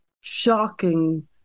shocking